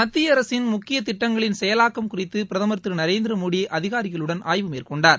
மத்தியஅரசின் முக்கிய திட்டங்களின் செயலாக்கும் குறித்து பிரதமர் திரு நரேந்திரமோடி அதிகாரிகளுடன் ஆய்வு மேற்கொண்டார்